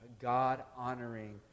God-honoring